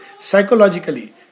Psychologically